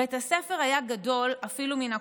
בית הספר היה גדול אפילו מן הקודם,